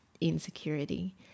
insecurity